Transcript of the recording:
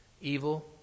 evil